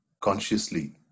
consciously